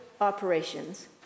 operations